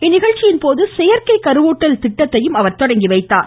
இந்நிகழ்ச்சியின் போது செயற்கை கருவூட்டல் திட்டத்தையும் பிரதமர் தொடங்கி வைத்தார்